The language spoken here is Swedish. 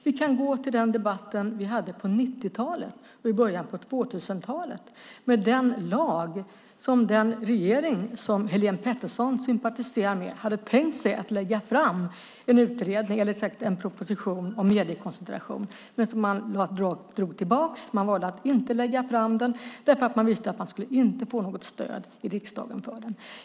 Vi kan gå till den debatt vi hade på 1990-talet och i början av 2000-talet. Då hade regeringspartiet, som Helene Petersson sympatiserar med, tänkt sig att lägga fram en proposition om mediekoncentration, men man drog tillbaka den. Man valde att inte lägga fram den, för man visste att man inte skulle få något stöd för den i riksdagen.